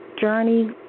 journey